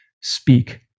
Speak